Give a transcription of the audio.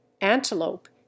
antelope